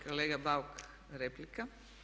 Kolega Bauk replika.